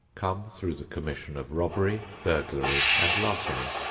come through the commission of robbery, burglary and larceny.